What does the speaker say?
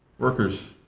workers